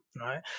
right